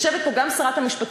יושבת פה גם שרת המשפטים,